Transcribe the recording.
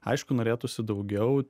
aišku norėtųsi daugiau